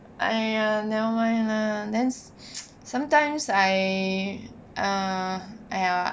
!aiya! nevermind lah then sometimes I err !aiya!